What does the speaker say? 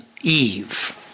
Eve